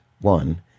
one